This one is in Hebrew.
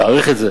תעריך את זה,